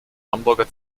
hamburger